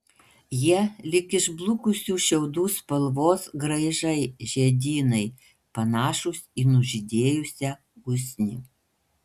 jie lyg išblukusių šiaudų spalvos graižai žiedynai panašūs į nužydėjusią usnį